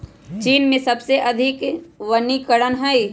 चीन में सबसे अधिक वनीकरण हई